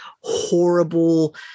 horrible